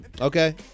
okay